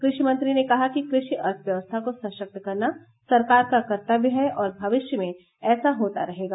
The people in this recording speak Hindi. कृषि मंत्री ने कहा कि कृषि अर्थव्यवस्था को सशक्त करना सरकार का कर्तव्य है और भविष्य में ऐसा होता रहेगा